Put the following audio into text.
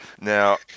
Now